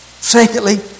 Secondly